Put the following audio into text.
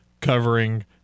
covering